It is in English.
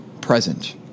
present